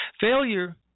Failure